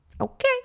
Okay